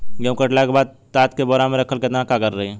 गेंहू कटला के बाद तात के बोरा मे राखल केतना कारगर रही?